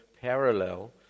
parallel